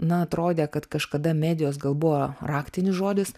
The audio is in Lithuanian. na atrodė kad kažkada medijos gal buvo raktinis žodis